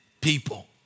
people